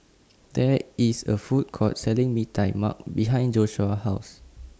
There IS A Food Court Selling Mee Tai Mak behind Joshua's House